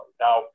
now